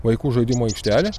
vaikų žaidimo aikštelė